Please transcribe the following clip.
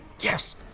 Yes